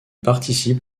participe